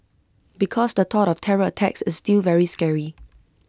because the thought of terror attacks is still very scary